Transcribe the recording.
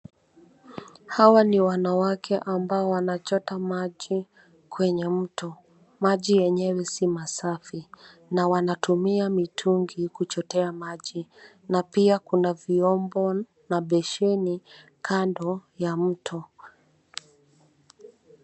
Hawa ni wanawake ambao wanachota maji kwenye mto. Maji yenyewe si masafi, na wanatuma mitungi kuchotea maji na pia kuna vyombo na besheni kando ya mto.